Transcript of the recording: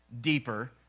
deeper